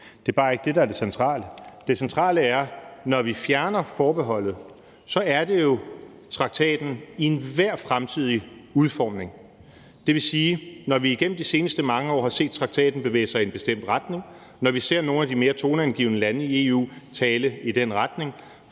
Det er bare ikke det, der er det centrale. Det centrale er, at det, når vi fjerner forbeholdet, er traktaten i enhver fremtidig udformning. Det vil sige, at når vi igennem de seneste mange år har set traktaten bevæge sig i en bestemt retning, og når vi ser nogle af de mest toneangivende lande i EU tale i den retning,